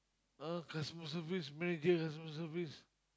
uh customer service manager customer service